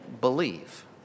believe